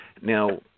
Now